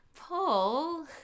Paul